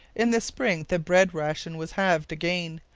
in the spring the bread ration was halved again,